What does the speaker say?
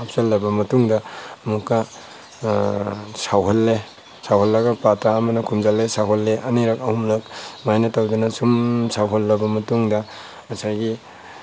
ꯍꯄꯆꯤꯟꯂꯕ ꯃꯇꯨꯡꯗ ꯑꯃꯨꯛꯀ ꯁꯧꯍꯜꯂꯦ ꯁꯧꯍꯜꯂꯒ ꯄꯥꯇ꯭ꯔ ꯑꯃꯅ ꯈꯨꯝꯖꯤꯜꯂꯦ ꯁꯧꯍꯜꯂꯦ ꯑꯅꯤꯔꯛ ꯑꯍꯨꯝꯔꯛ ꯑꯗꯨꯃꯥꯏꯅ ꯇꯧꯗꯅ ꯁꯨꯝ ꯁꯧꯍꯟꯂꯕ ꯃꯇꯨꯡꯗ ꯉꯁꯥꯏꯒꯤ